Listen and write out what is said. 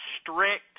strict